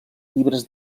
llibres